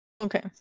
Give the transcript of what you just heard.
Okay